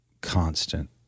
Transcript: constant